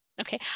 okay